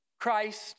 Christ